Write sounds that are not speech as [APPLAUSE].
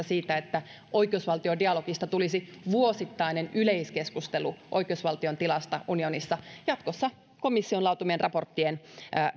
[UNINTELLIGIBLE] siitä että oikeusvaltiodialogista tulisi vuosittainen yleiskeskustelu oikeusvaltion tilasta unionissa jatkossa komission laatimien raporttien